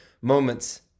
moments